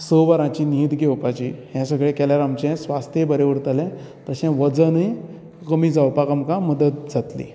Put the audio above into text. स वरांची न्हीद घेवपाची हे सगळे केल्यार आमचे स्वास्थ्य बरें उरतले तशेंच वजनय कमी जावपाक आमकां मदत जातलीं